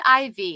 IV